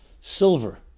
silver